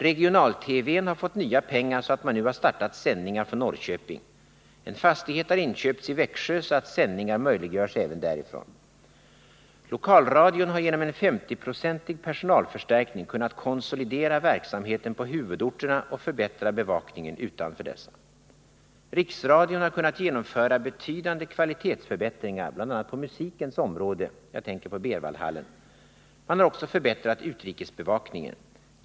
Regional-TV-verksamheten har fått nya pengar så att man nu har startat sändningar från Norrköping. En fastighet har inköpts i Växjö så att sändningar möjliggörs även därifrån. Lokalradion har genom en 50-procentig personalförstärkning kunnat konsolidera verksamheten på huvudorterna och förbättra bevakningen utanför dessa. Riksradion har kunnat genomföra betydande kvalitetsförbättringar, bl.a. på musikens område — jag tänker på Berwaldhallen. Man har också förbättrat utrikesbevakningen.